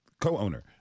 co-owner